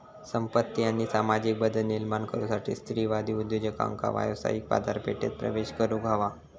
संपत्ती आणि सामाजिक बदल निर्माण करुसाठी स्त्रीवादी उद्योजकांका व्यावसायिक बाजारपेठेत प्रवेश करुक हवा